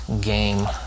game